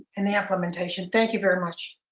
and the implementation thank you very much.